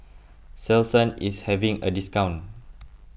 Selsun is having a discount